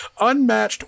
unmatched